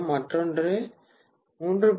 மற்றொன்று 3